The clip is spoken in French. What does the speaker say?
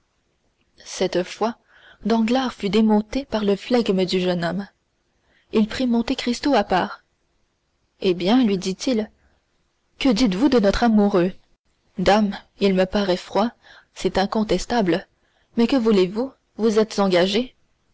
cette fois danglars fut démonté par le flegme du jeune homme il prit monte cristo à part eh bien lui dit-il que dites-vous de notre amoureux dame il me paraît froid c'est incontestable mais que voulez-vous vous êtes engagé